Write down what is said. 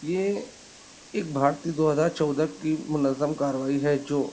یہ ایک بھارتیہ دو ہزار چودہ کی منظم کارروائی ہے جو